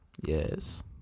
Yes